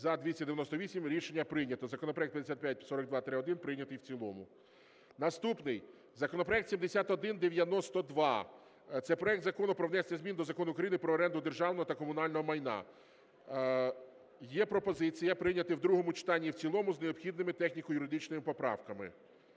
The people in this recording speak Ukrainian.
За-298 Рішення прийнято. Законопроект 5542-1 прийнятий в цілому. Наступний. Законопроект 7192. Це проект Закону про внесення змін до Закону України "Про оренду державного та комунального майна". Є пропозиція прийняти в другому читанні і в цілому з необхідними техніко-юридичними поправками.